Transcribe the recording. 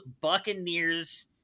Buccaneers